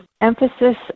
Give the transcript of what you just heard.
emphasis